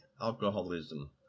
Alcoholism